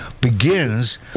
begins